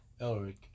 Elric